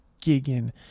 gigging